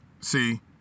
see